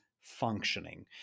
Functioning